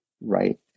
right